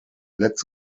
let’s